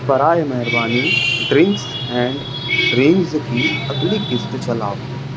براٮٔے مہربانی drinks and drinks کی اگلی قسط چلاؤ